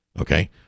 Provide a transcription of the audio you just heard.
okay